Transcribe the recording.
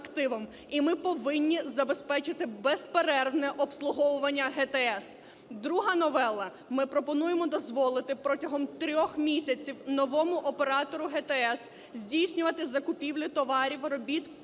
І ми повинні забезпечити безперервне обслуговування ГТС. Друга новела. Ми пропонуємо дозволити протягом 3 місяців новому оператору ГТС здійснювати закупівлі товарів, робіт